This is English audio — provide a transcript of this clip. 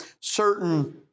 certain